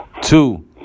two